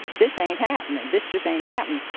this ain't happening. this just ain't happening.